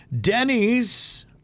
Denny's